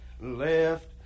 Left